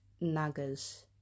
Nagas